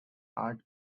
art